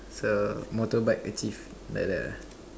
so motorbike achieve like that ah